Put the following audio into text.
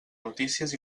notícies